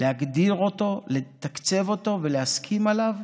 להגדיר אותו, לתקצב אותו ולהסכים עליו,